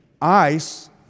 ice